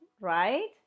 right